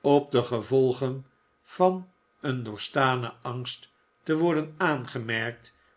op de gevolgen van een doorgestanen angst te worden aangemerkt